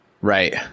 Right